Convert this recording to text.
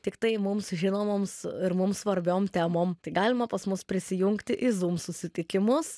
tiktai mums žinomoms ir mums svarbiom temom tai galima pas mus prisijungti į zūm susitikimus